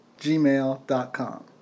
gmail.com